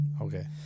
Okay